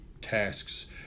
tasks